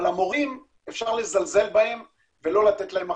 אבל למורים, אפשר לזלזל בהם ולא לתת להם מחשבים.